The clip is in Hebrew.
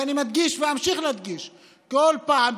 ואני מדגיש ואמשיך להדגיש כל פעם,